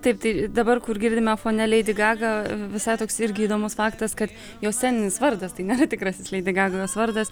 taip tai dabar kur girdime fone leidi gaga visai toks irgi įdomus faktas kad jo sceninis vardas tai nėra tikrasis leidi gaga jos vardas